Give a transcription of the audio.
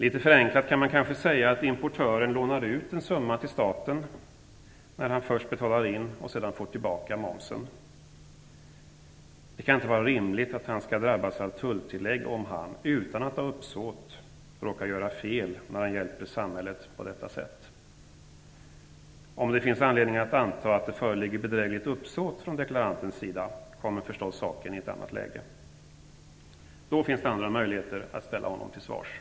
Litet förenklat kan man kanske säga att importören lånar ut en summa till staten när han först betalar in och sedan får tillbaka momsen. Det kan inte vara rimligt att han skall drabbas av tulltillägg om han utan att ha uppsåt råkar göra fel när han hjälper samhället på detta sätt. Om det finns anledning att anta att det föreligger bedrägligt uppsåt från deklarantens sida, kommer förstås saken i ett annat läge. Då finns det andra möjligheter att ställa honom till svars.